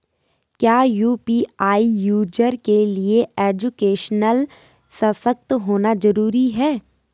क्या UPI user के लिए एजुकेशनल सशक्त होना जरूरी है?